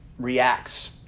reacts